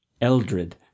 Eldred